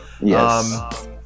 Yes